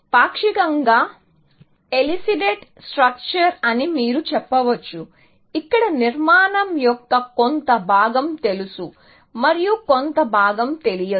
పాక్షికంగా elicited structure అని మీరు చెప్పవచ్చు ఇక్కడ నిర్మాణం యొక్క కొంత భాగం తెలుసు మరియు కొంత భాగం తెలియదు